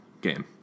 game